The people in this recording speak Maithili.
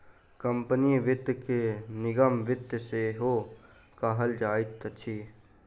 कम्पनी वित्त के निगम वित्त सेहो कहल जाइत अछि